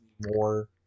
more